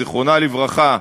זיכרונה לברכה,